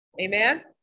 Amen